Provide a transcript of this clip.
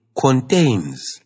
contains